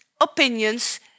opinions